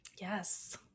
Yes